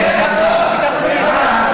אין מסך.